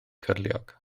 cyrliog